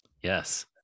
Yes